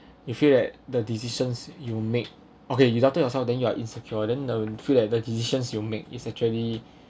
you feel that the decisions you make okay you doctor yourself then you are insecure then will feel like the decisions you make is actually